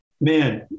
man